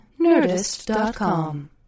Nerdist.com